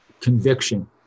conviction